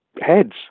heads